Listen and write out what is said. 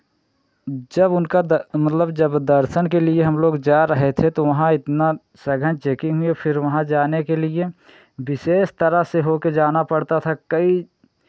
जब उनका मतलब जब दर्शन के लिए हम लोग जा रहे थे तो वहाँ इतना सघन चेकिंग हुई फिर वहाँ जाने के लिए विशेष तरह से होके जाना पड़ता था कई